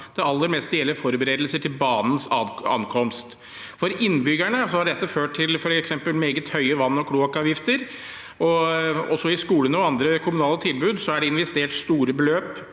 Det aller meste gjelder forberedelser til banens ankomst. For innbyggerne har dette f.eks. ført til meget høye vann- og kloakkavgifter, og også i skolene og andre kommunale tilbud er det investert store beløp